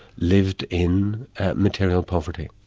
lived in material poverty.